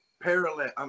parallel